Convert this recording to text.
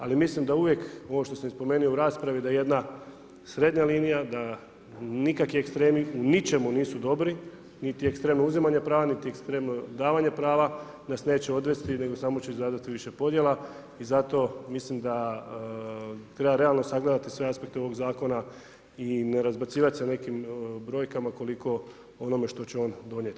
Ali, mislim da uvijek, ovo što sam spomenuo u raspravi, da jedna srednja linija, da nikakvi ekstremi u ničemu nisu dobri, niti ekstremi uzimanja prava, niti ekstrem davanja prava, nas neće odvesti, nego samo ću izraziti više podjela i zato, mislim da treba realno sagledati sve aspekte ovog zakona i ne razbacivati se nekim brojkama, koliko onome što će on donijeti.